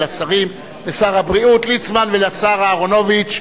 וכן לשרים: לשר הבריאות ליצמן ולשר אהרונוביץ,